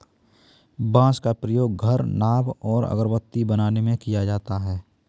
बांस का प्रयोग घर, नाव और अगरबत्ती बनाने में किया जाता है